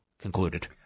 concluded